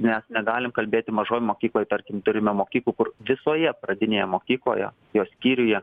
mes negalim kalbėti mažoj mokykloj tarkim turime mokyklų kur visoje pradinėje mokykloje jos skyriuje